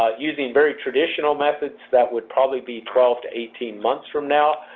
ah using very traditional methods, that would probably be twelve to eighteen months from now,